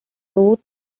both